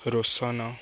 ରୋସନ